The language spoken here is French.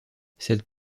cette